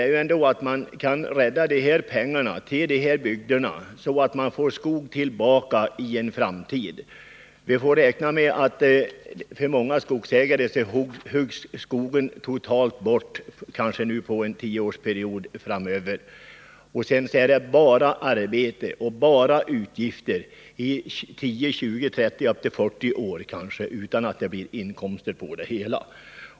Det viktigaste är att rädda pengarna till de här bygderna, så att man får skog tillbaka i en framtid. Vi får räkna med att skogen för många skogsägare huggs ned totalt inom en tioårsperiod. Sedan är det bara arbete och bara utgifter under 10, 20, 30, ja kanske ända upp till 40 år utan att det blir inkomster från skogen.